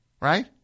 Right